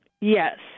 Yes